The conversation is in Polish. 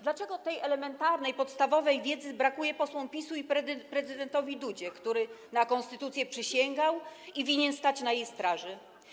Dlaczego tej elementarnej, podstawowej wiedzy brakuje posłom PiS-u i prezydentowi Dudzie, który na konstytucję przysięgał i winien stać na jej straży?